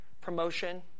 promotion